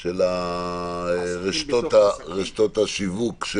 -- של רשתות השיווק,